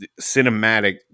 cinematic